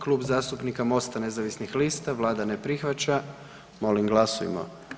Kluba zastupnika Mosta nezavisnih lista, Vlada ne prihvaća, molim glasujmo.